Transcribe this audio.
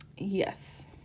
Yes